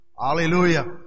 Hallelujah